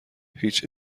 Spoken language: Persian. هیچ